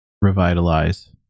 revitalize